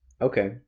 Okay